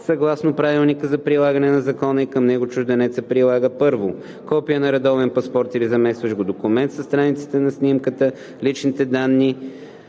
съгласно правилника за прилагане на закона, и към него чужденецът прилага: 1. копие на редовен паспорт или заместващ го документ със страниците на снимката, личните данни,